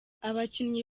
abakinnyi